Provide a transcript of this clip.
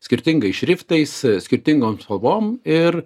skirtingais šriftais skirtingom spalvom ir